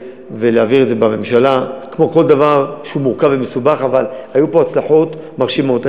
אבל היו פה הצלחות מרשימות.